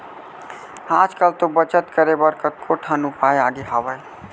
आज कल तो बचत करे बर कतको ठन उपाय आगे हावय